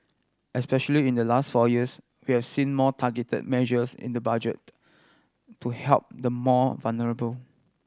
especially in the last four years we have seen more targeted measures in the Budget to help the more vulnerable